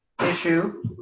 issue